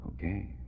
Okay